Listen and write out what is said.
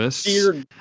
dear